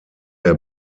der